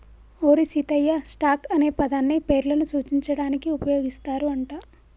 ఓరి సీతయ్య, స్టాక్ అనే పదాన్ని పేర్లను సూచించడానికి ఉపయోగిస్తారు అంట